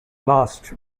lost